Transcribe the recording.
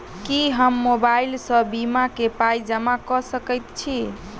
की हम मोबाइल सअ बीमा केँ पाई जमा कऽ सकैत छी?